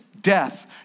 death